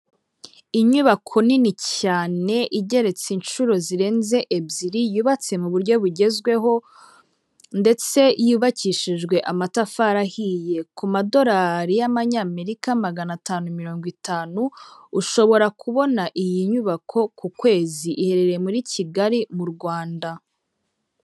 Inyubako nini cyane igeretse inshuro zirenze ebyiri, yubatse mu buryo bugezweho ndetse yubakishijwe amatafari ahiye, ku madorari y'ayanyamerika maganatanu mirongo itanu, ushobora kubona iyi nyubako ku kwezi, iherereye muri Kigali mu Rwanda.